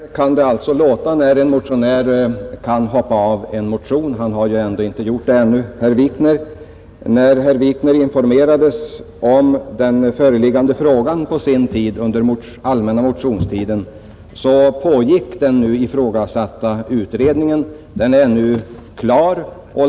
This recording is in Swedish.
Herr talman! Så här kan det alltså låta när en motionär kan hoppa av en motion; herr Wikner har visserligen inte gjort det ännu. När herr Wikner informerades om den föreliggande frågan under den allmänna motionstiden pågick den nu ifrågasatta utredningen. Den är nu klar.